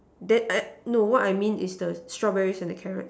then I no what I mean is the strawberries and the carrot